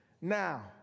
now